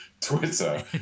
Twitter